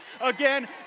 again